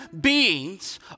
beings